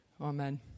Amen